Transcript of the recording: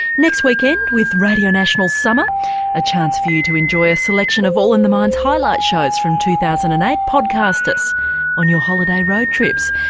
next weekend with radio national summer a chance for you to enjoy a selection of all in the mind's highlight shows from two thousand and eight podcast us on your holiday road trips.